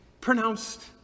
pronounced